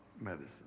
medicine